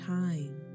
time